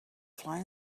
fly